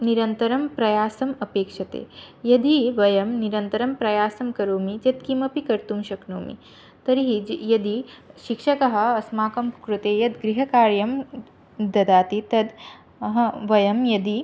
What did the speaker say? निरन्तरं प्रयासम् अपेक्षते यदि वयं निरन्तरं प्रयासं करोमि चेत् किमपि कर्तुं शक्नोमि तर्हि ज् यदि शिक्षकः अस्माकं कृते यद् गृहकार्यं ददाति तद् अह वयं यदि